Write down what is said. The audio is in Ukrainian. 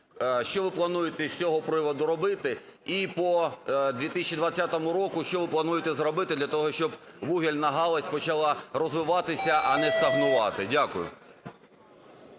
Що ви плануєте з цього приводу робити? І по 2020 року, що ви плануєте зробити для того, щоб вугільна галузь почала розвиватися, а не стагнувати? Дякую.